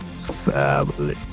Family